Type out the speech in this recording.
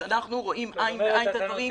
אז אנחנו רואים עין בעין את הדברים.